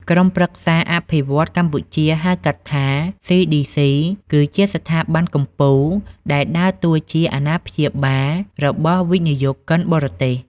ក្រុមប្រឹក្សាអភិវឌ្ឍន៍កម្ពុជា ហៅកាត់ថា CDC គឺជាស្ថាប័នកំពូលដែលដើរតួជា "អាណាព្យាបាល" របស់វិនិយោគិនបរទេស។